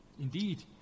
Indeed